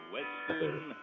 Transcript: Western